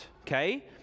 okay